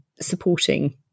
supporting